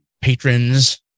patrons